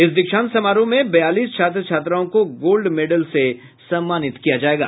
इस दीक्षांत समारोह में बयालीस छात्र छात्राओं को गोल्ड मेडल से सम्मानित किया जायेगा